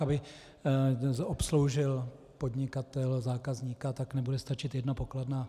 Aby obsloužil podnikatel zákazníka, tak nebude stačit jedna pokladna.